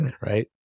right